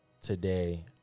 today